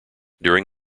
during